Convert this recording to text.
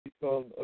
Become